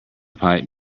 pipe